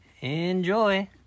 Enjoy